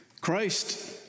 Christ